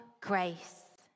grace